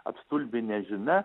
apstulbinę žinia